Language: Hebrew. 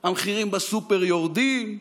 המחירים בסופר יורדים,